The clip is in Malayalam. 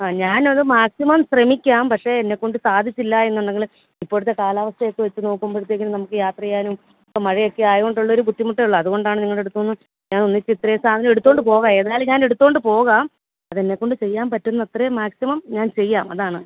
ആ ഞാനത് മാക്സിമം ശ്രമിക്കാം പക്ഷെ എന്നെക്കൊണ്ട് സാധിച്ചില്ല എന്നുണ്ടെങ്കിൽ ഇപ്പോഴത്തെ കലാവസ്ഥയൊക്കെ വച്ച് നോക്കുമ്പോഴത്തേക്കും നമുക്ക് യാത്ര ചെയ്യാനും ഇപ്പം മഴയൊക്കെ അയതുകൊണ്ടുള്ളൊരു ബുദ്ധിമുട്ടേ ഉള്ളു അതുകൊണ്ടാണ് നിങ്ങളുടെ അടുത്തുനിന്ന് ഞാൻ ഒന്നിച്ച് ഇത്രയും സാധനം എടുത്തുകൊണ്ട് പോകാം എതായാലും ഞാൻ എടുത്തുകൊണ്ട് പോകാം അതെന്നെക്കൊണ്ട് ചെയ്യാൻ പറ്റുന്ന അത്രയും മാക്സിമം ഞാൻ ചെയ്യാം അതാണ്